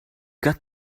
got